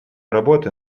работы